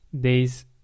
days